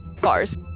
Bars